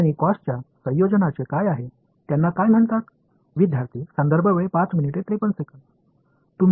மாணவர்Cosh sine மற்றும் Cosh ஆகியவற்றின் கலவையைப் பற்றி அவை எவ்வாறு அழைக்கப்படுகின்றன